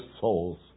souls